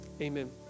Amen